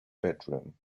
bedroom